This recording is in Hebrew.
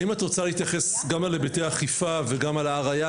האם את רוצה להתייחס גם על היבטי האכיפה וגם על ה-RIA,